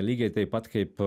lygiai taip pat kaip